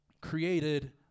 created